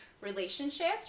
relationships